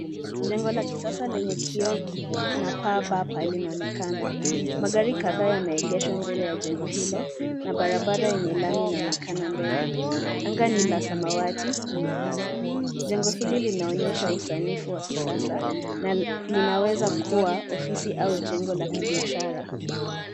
Jengo la kisasa lenye kioo na paa bapa linaonekana. Magari kadhaa yameegeshwa mbele ya jengo hilo na barabara yenye lami inaonekana mbele. Anga ni la samawati na ni safi. Jengo hili linaonyesha usanifu wa kisasa na linaweza kuwa ofisi au jengo la kibiashara.